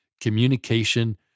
Communication